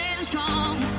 strong